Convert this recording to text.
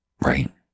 Right